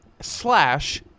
slash